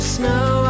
snow